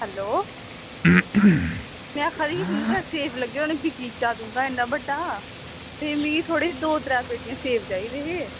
hello में आक्खा दी ही तुंदे घर सेब लग्गे दे होने बगीचा तुंदा इ'न्ना बड़ा ते मिगी थौह्ड़े दो त्रैऽ पेट्टियां सेब चाहिदे हे